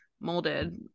molded